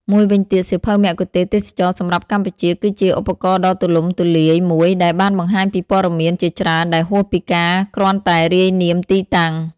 មួយវិញទៀតសៀវភៅមគ្គុទ្ទេសក៍ទេសចរណ៍សម្រាប់កម្ពុជាគឺជាឧបករណ៍ដ៏ទូលំទូលាយមួយ ដែលបានបង្ហាញពីព័ត៌មានជាច្រើនដែលហួសពីការគ្រាន់តែរាយនាមទីតាំង។